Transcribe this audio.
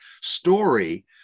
story